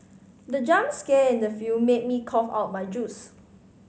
the jump scare in the film made me cough out my juice